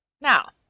Now